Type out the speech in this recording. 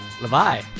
Levi